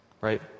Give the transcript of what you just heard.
right